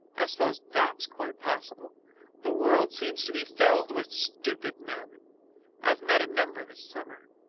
i suppose that's quite possible the world seems to be filled with stupid men i've met a number this summer.